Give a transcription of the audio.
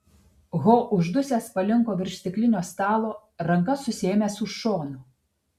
ho uždusęs palinko virš stiklinio stalo ranka susiėmęs už šono